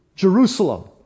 Jerusalem